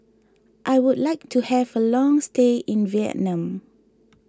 I would like to have a long stay in Vietnam